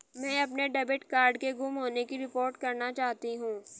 मैं अपने debit card के गुम होने की रिपोर्ट करना चाहती हूँ